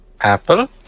Apple